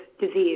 disease